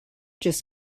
just